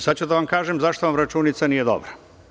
Sada ću da vam kažem zašto vam računica nije dobra.